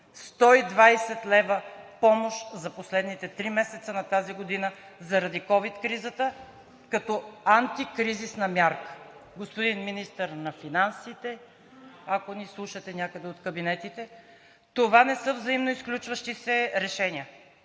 120 лв. помощ за последните три месеца на тази година, заради ковид кризата, като антикризисна мярка. Господин Министър на финансите, ако ни слушате някъде от кабинетите, това не са взаимоизключващи се решения,